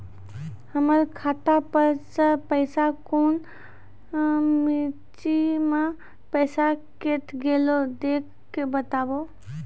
हमर खाता पर से पैसा कौन मिर्ची मे पैसा कैट गेलौ देख के बताबू?